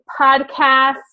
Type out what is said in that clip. podcast